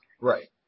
Right